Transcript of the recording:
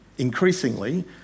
increasingly